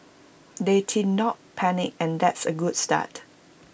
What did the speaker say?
they did not panic and that's A good start